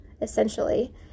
essentially